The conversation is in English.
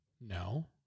No